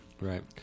Right